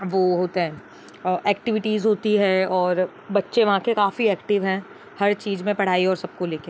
वो होते हैं और एक्टिविटिज़ होती है और बच्चे वहाँ के काफ़ी एक्टिव हैं हर चीज़ में पढ़ा और सब को लेके